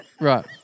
Right